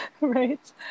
Right